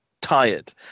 tired